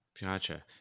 Gotcha